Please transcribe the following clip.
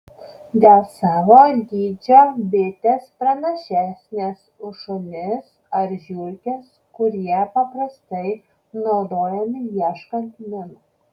dėl savo dydžio bitės pranašesnės už šunis ar žiurkes kurie paprastai naudojami ieškant minų